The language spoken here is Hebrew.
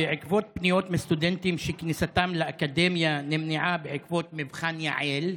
בעקבות פניות מסטודנטים שכניסתם לאקדמיה נמנעה בעקבות מבחן יע"ל,